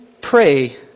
pray